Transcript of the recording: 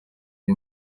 iyi